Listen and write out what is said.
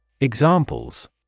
Examples